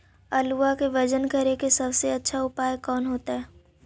आलुआ के वजन करेके सबसे अच्छा उपाय कौन होतई?